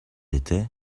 était